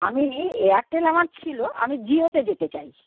আমি এয়ারটেল আমার ছিলো আমি জিওতে যেতে চাই